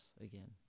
again